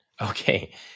Okay